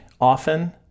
often